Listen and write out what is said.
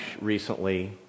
recently